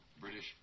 British